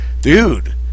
dude